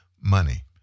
money